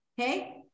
okay